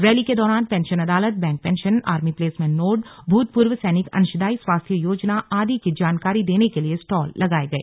rally के दौरान pension अदालत bank pension army placement node भूतपूर्व सैनिक अंशदायी स्वास्थ्य योजना आदि की जानकारी देने के लिए स्टॉल लगाए गए